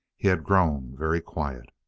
he had grown very quiet.